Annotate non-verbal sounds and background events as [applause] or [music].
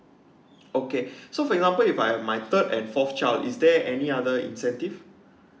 okay [breath] so for an example if my my third and fourth child is there any other incentive